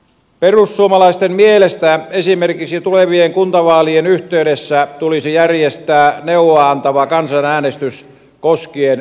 perussuomalaisten mielestä esimerkiksi tulevien kuntavaalien yhteydessä tulisi järjestää neuvoa antava kansanäänestys koskien kuntauudistusta